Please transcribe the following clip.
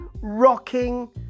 rocking